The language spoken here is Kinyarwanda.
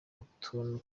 utuntu